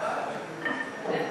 סעיפים